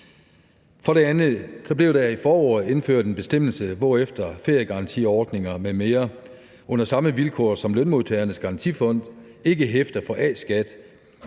For det andet blev der i foråret indført en bestemmelse, hvorefter feriegarantiordninger m.m. under samme vilkår som Lønmodtagernes Garantifond ikke hæfter for A-skat,